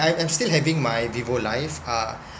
I am still having my vivo life uh